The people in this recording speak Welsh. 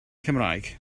cymraeg